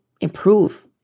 improve